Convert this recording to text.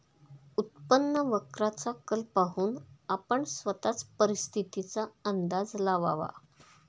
उत्पन्न वक्राचा कल पाहून आपण स्वतःच परिस्थितीचा अंदाज लावावा